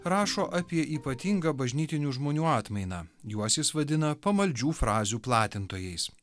rašo apie ypatingą bažnytinių žmonių atmainą juos jis vadina pamaldžių frazių platintojais